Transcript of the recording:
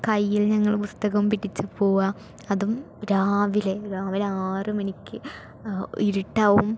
കയ്യിൽ ഞങ്ങൾ പുസ്തകം പിടിച്ച് പോവുകയാണ് അതും രാവിലെ രാവിലെ ആറ് മണിക്ക് ഇരുട്ടാവും